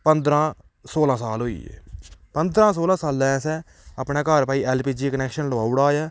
पंदरां सोलां साल होई गे पंदरां सोलां सालें असें अपने घर भाई ऐल पी जी दा कनैक्शन लोआाई ओड़ा ऐ